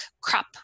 crop